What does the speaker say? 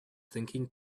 thinking